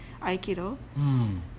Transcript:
Aikido